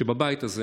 שבבית הזה